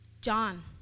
john